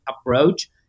approach